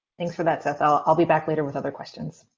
thanks for that, seth. i'll i'll be back later with other questions.